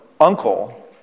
uncle